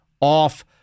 off